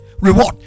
reward